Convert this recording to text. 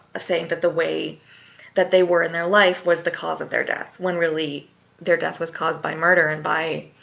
ah saying that the way that they were in their life was the cause of their death when really their death was caused by murder and